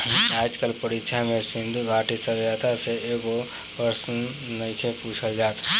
आज कल परीक्षा में सिन्धु घाटी सभ्यता से एको प्रशन नइखे पुछल जात